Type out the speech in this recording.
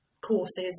courses